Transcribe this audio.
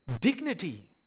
dignity